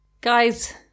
Guys